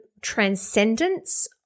transcendence